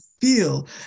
feel